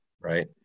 right